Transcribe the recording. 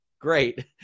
Great